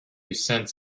cents